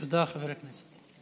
תודה, חבר הכנסת.